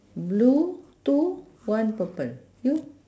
blue two one purple you